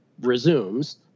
resumes